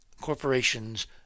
corporations